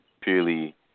purely